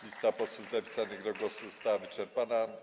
Lista posłów zapisanych do głosu została wyczerpana.